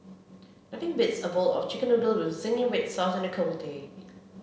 nothing beats a bowl of chicken noodle with zingy red sauce on a cold day